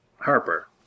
Harper